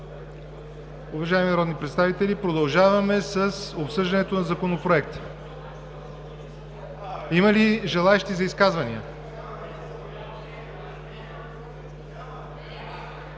Уважаеми народни представители, продължаваме с обсъждането на Законопроекта. Има ли желаещи за изказвания?